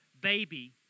baby